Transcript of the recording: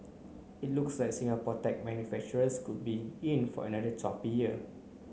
it looks like Singapore tech manufacturers could be in for another choppy year